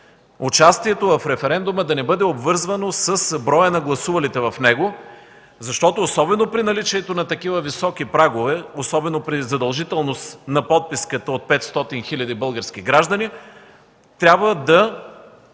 участието в референдума да не бъде обвързвано с броя на гласувалите в него. Защото особено при наличието на такива високи прагове, особено при задължителност на подписката от 500 хил. български граждани, трябва да